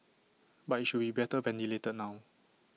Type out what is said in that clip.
but IT should be better ventilated now